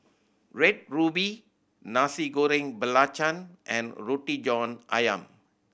Red Ruby Nasi Goreng Belacan and Roti John Ayam